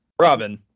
Robin